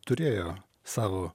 turėjo savo